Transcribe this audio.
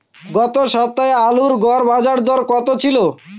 গত সপ্তাহে আলুর গড় বাজারদর কত ছিল?